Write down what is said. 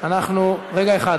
רגע אחד.